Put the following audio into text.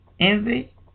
envy